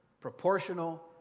Proportional